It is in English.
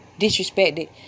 disrespected